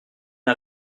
n’a